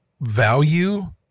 value